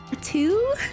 two